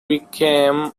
became